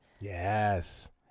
Yes